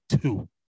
two